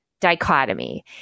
dichotomy